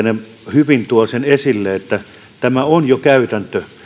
hyvin tuo esille sen että tämä on jo käytäntö